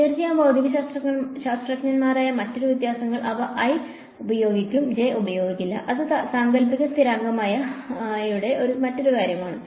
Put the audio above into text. തീർച്ചയായും ഭൌതികശാസ്ത്രജ്ഞരായ മറ്റൊരു വ്യത്യാസങ്ങൾ അവർ i ഉപയോഗിക്കും j ഉപയോഗിക്കില്ല അത് സാങ്കൽപ്പിക സ്ഥിരാങ്കമായ ah യുടെ മറ്റൊരു കാര്യമാണ്